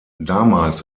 damals